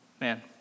Man